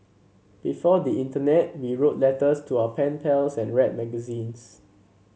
before the internet we wrote letters to our pen pals and read magazines